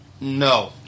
No